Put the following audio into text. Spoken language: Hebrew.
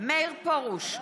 מאיר פרוש,